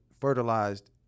fertilized